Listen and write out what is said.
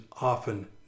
often